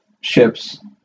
ships